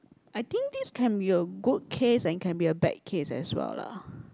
I think this can be a good case and can be a bad case as well lah